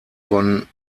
von